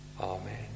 Amen